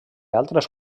altres